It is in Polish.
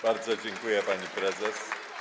Bardzo dziękuję, pani prezes.